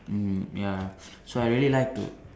mm ya so I really like to